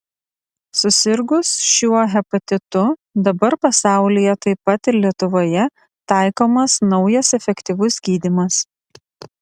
susirgus šiuo hepatitu dabar pasaulyje taip pat ir lietuvoje taikomas naujas efektyvus gydymas